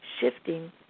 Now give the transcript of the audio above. shifting